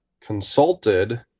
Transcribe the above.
consulted